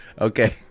Okay